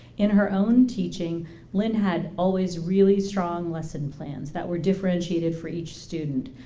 in her own teaching lynn had always really strong lesson plans that were differentiated for each student.